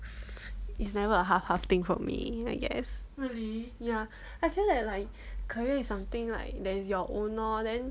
it's never a half half thing for me I guess ya I feel that like career is something like that is your own lor then